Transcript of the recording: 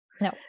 No